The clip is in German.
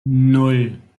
nan